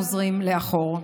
חוזרים לאחור.